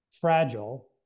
fragile